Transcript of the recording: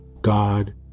God